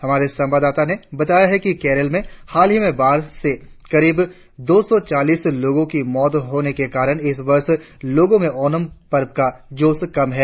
हमारे संवाददाताओ ने बताया है कि केरल में हाल की बाढ़ में करीब दो सौ चालीस लोगों की मौत होने के कारण इस वर्ष लोगो में ओणम पर्व का जोश कम है